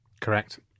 Correct